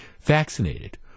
vaccinated